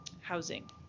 housing